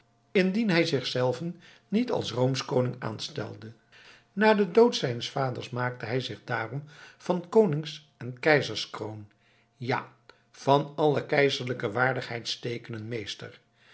indien hij niet zichzelven als roomsch koning aanstelde na den dood zijns vaders maakte hij zich daarom van konings en keizerskroon ja van alle keizerlijke waardigheids teekenen meester